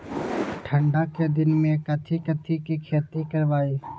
ठंडा के दिन में कथी कथी की खेती करवाई?